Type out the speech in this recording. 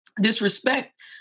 disrespect